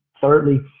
Thirdly